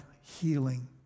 healing